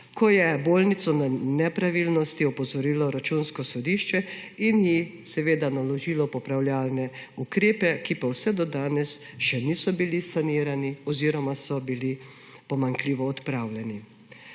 ko je bolnišnico na nepravilnosti opozorilo Računsko sodišče in ji naložilo popravljalne ukrepe, ki pa vse do danes še niso bili realizirani oziroma so bile nepravilnosti pomanjkljivo odpravljene.